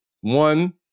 one